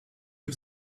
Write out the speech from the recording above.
you